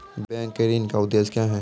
Bank के ऋण का उद्देश्य क्या हैं?